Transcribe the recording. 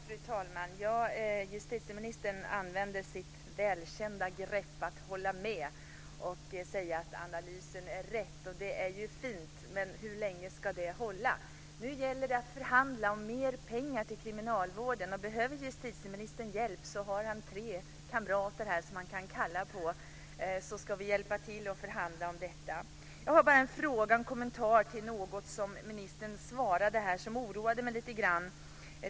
Fru talman! Justitieministern använder sitt välkända grepp att hålla med och säga att analysen är rätt. Det är ju fint, men hur länge ska det hålla? Nu gäller det att förhandla om mer pengar till kriminalvården, och behöver justitieministern hjälp så har han tre kamrater här som han kan kalla på så ska vi hjälpa till att förhandla om detta. Jag har bara en fråga och en kommentar till något som ministern sade i sitt svar och som oroade mig lite grann.